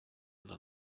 una